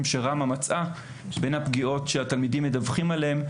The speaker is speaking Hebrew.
שראמ"ה מצאה לגבי הפגיעות שהתלמידים מדווחים עליהן,